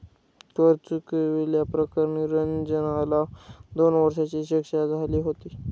कर चुकवल्या प्रकरणी रंजनला दोन वर्षांची शिक्षा झाली होती